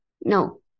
No